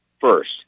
first